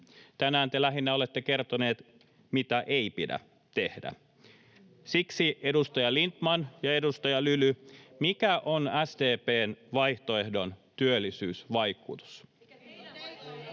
Tänään te lähinnä olette kertoneet, mitä ei pidä tehdä. Siksi, edustaja Lindtman ja edustaja Lyly: mikä on SDP:n vaihtoehdon työllisyysvaikutus?